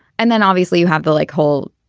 and then obviously you have the like hole.